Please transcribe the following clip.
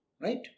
Right